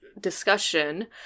discussion